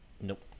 Nope